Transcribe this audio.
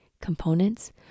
components